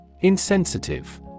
Insensitive